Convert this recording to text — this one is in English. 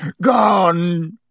Gone